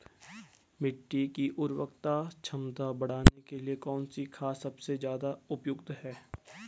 मिट्टी की उर्वरा क्षमता बढ़ाने के लिए कौन सी खाद सबसे ज़्यादा उपयुक्त है?